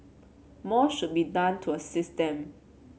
more should be done to assist them